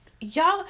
y'all